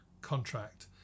contract